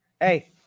Hey